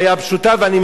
ואני מבין אותו,